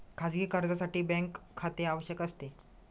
खाजगी कर्जासाठी बँकेत खाते आवश्यक असते